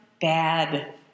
bad